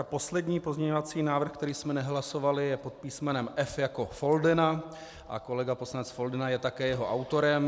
Poslední pozměňovací návrh, který jsme nehlasovali, je pod písmenem F jako Foldyna a kolega poslanec Foldyna je také jeho autorem.